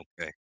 okay